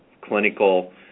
clinical